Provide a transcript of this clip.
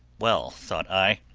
well, thought i,